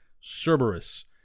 Cerberus